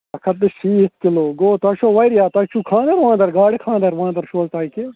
اَکھ ہَتھ تہٕ شیٖتھ کِلوٗ گوٚو تۄہہِ چھو واریاہ تۄہہِ چھُو خانٛدر وانٛدر گاڑِ خانٛدر وانٛدر چھُو حظ تۄہہِ کیٚنہہ